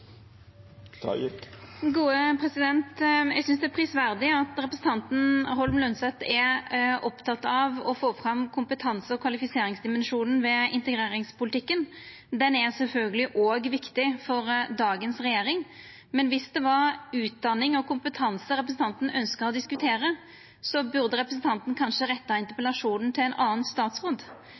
Eg synest det er prisverdig at representanten Holm Lønseth er oppteken av å få fram kompetanse- og kvalifiseringsdimensjonen ved integreringspolitikken, som sjølvsagt òg er viktig for dagens regjering. Men om det var utdanning og kompetanse representanten ønskte å diskutera, burde kanskje representanten ha retta interpellasjonen til ein annan statsråd.